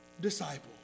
disciple